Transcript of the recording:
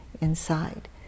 inside